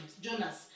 Jonas